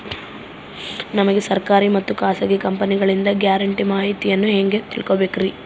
ನಮಗೆ ಸರ್ಕಾರಿ ಮತ್ತು ಖಾಸಗಿ ಕಂಪನಿಗಳಿಂದ ಗ್ಯಾರಂಟಿ ಮಾಹಿತಿಯನ್ನು ಹೆಂಗೆ ತಿಳಿದುಕೊಳ್ಳಬೇಕ್ರಿ?